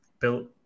built